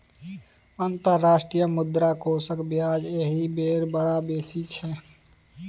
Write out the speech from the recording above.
अंतर्राष्ट्रीय मुद्रा कोषक ब्याज एहि बेर बड़ बेसी छै